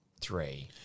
three